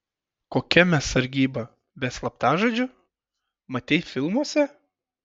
kokia mes sargyba be slaptažodžių matei filmuose